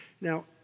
Now